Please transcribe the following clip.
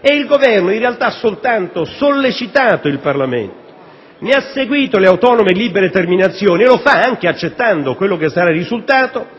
e il Governo, in realtà, ha soltanto sollecitato il Parlamento. Esso ne ha seguito le autonome e libere determinazioni e lo fa anche accettando quel che sarà il risultato.